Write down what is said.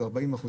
40%,